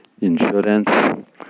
insurance